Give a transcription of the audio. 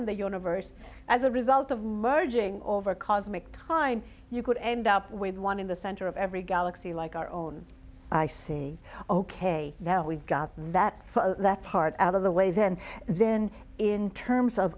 in the universe as a result of merging over cosmic time you could end up with one in the center of every galaxy like our own i say ok now we've got that part out of the way then then in terms of